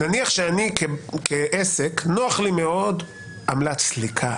נניח שלי כעסק מאוד נוח עמלת סליקה,